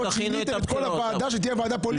שיניתם את כל הוועדה שתהיה ועדה פוליטית.